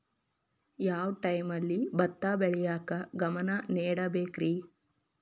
ಯಾವ್ ಟೈಮಲ್ಲಿ ಭತ್ತ ಬೆಳಿಯಾಕ ಗಮನ ನೇಡಬೇಕ್ರೇ?